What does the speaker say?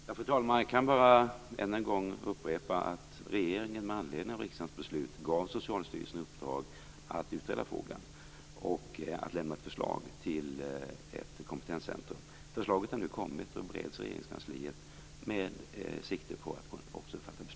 Fru talman! Jag kan bara än en gång upprepa att regeringen med anledning av riksdagens beslut gett Socialstyrelsen i uppdrag att utreda frågan och att lämna ett förslag till ett kompetenscentrum. Förslaget har nu kommit och bereds i Regeringskansliet, med sikte på att också beslut fattas.